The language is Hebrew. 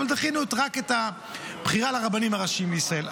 אבל דחינו רק את הבחירה ברבנים הראשיים לישראל.